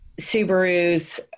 Subaru's